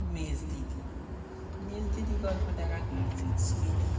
মেজ দিদি মেজ দিদি গল্প দেখা গিয়েছে সে